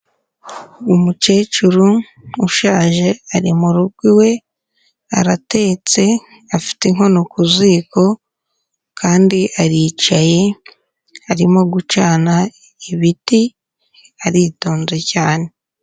Umukecuru ushaje ari mu rugo iwe, aratetse, afite inkono ku ziko kandi aricaye arimo gucana ibiti, aritonze cyane.